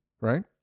right